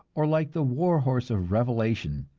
or like the war-horse of revelations,